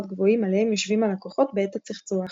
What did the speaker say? גבוהים עליהם יושבים הלקוחות בעת הצחצוח.